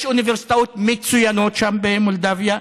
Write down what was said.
יש אוניברסיטאות מצוינות שם במולדובה.